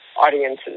audiences